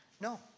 No